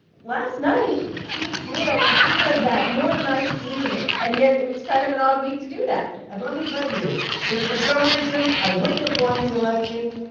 last night he did a lot of that, more than i've seen. and yet it's kind of an odd week to do that and let me tell you if, for some reason, i wouldn't have won the election,